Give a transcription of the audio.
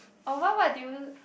oh what what did you